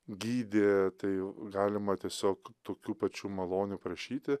gydė tai galima tiesiog tokių pačių malonių prašyti